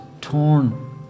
torn